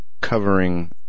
covering